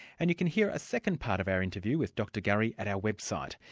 and you can hear a second part of our interview with dr gurry at our website.